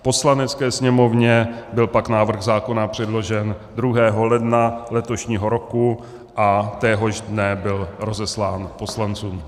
Poslanecké sněmovně byl pak návrh zákona předložen 2. ledna letošního roku a téhož dne byl rozeslán poslancům.